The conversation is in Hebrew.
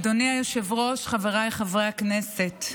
אדוני היושב-ראש, חבריי חברי הכנסת,